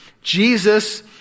Jesus